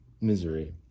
misery